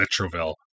Metroville